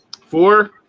Four